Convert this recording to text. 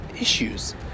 issues